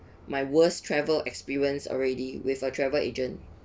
my worst travel experience already with a travel agent